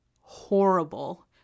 horrible